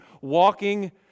walking